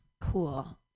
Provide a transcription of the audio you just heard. cool